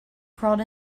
crawled